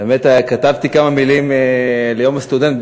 כתבתי כמה מילים ליום הסטודנט.